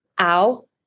ow